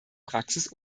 praxis